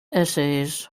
essays